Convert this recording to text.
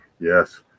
yes